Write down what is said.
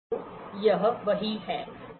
तो यह वही है